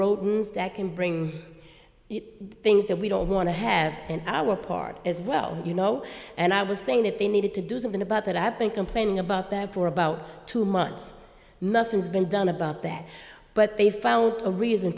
rodents that can bring things that we don't want to have in our part as well you know and i was saying that they needed to do something about that i've been complaining about that for about two months nothing's been done about that but they found a reason